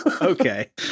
Okay